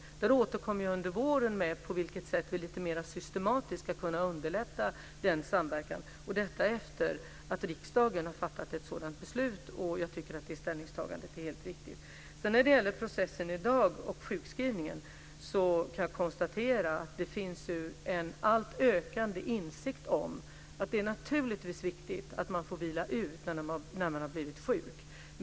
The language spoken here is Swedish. Under våren återkommer jag med besked om på vilket sätt vi lite mer systematiskt ska kunna underlätta den samverkan; detta efter det att riksdagen fattat ett sådant beslut. Jag tycker att det ställningstagandet är helt riktigt. När det gäller processen i dag och sjukskrivningen kan jag konstatera en allt ökande insikt om att det naturligtvis är viktigt att man får vila ut när man har blivit sjuk.